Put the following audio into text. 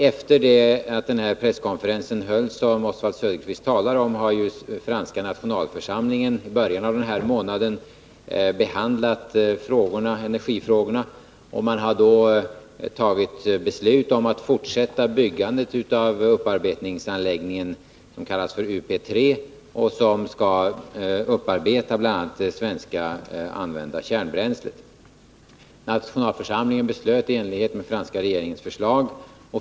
Efter det att den presskonferens hölls som Oswald Söderqvist talar om, har franska nationalförsamlingen i början av denna månad behandlat energifrå gorna och fattat beslut om att fortsätta byggandet av upparbetningsanläggningen, som kallas UP 3 och skall upparbeta bl.a. det svenska använda kärnbränslet. Nationalförsamlingen beslöt i enlighet med franska regeringens förslag.